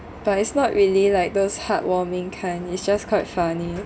but it's not really like those heartwarming kind it's just quite funny